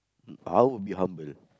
I would be humble